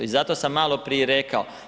I zato sam maloprije rekao.